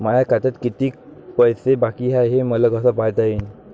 माया खात्यात किती पैसे बाकी हाय, हे मले कस पायता येईन?